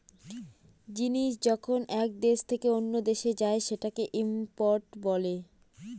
জিনিস যখন এক দেশ থেকে অন্য দেশে যায় সেটাকে ইম্পোর্ট বলে